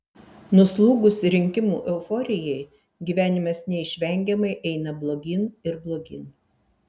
nuslūgus rinkimų euforijai gyvenimas neišvengiamai eina blogyn ir blogyn